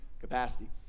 capacity